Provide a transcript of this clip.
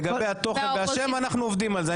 לגבי התוכן והשם אנחנו עובדים על זה.